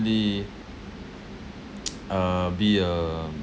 ~ly uh be a